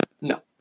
No